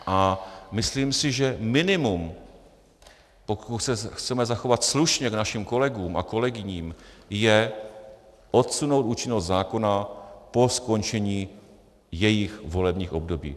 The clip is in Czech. A myslím si, že minimum, pokud se chceme zachovat slušně k našim kolegům a kolegyním, je odsunout účinnost zákona po skončení jejich volebních období.